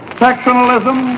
sectionalism